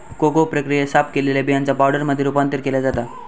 cocoa प्रक्रियेत, साफ केलेल्या बियांचा पावडरमध्ये रूपांतर केला जाता